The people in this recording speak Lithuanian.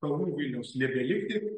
kalnų vilniaus nebelikti